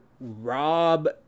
Rob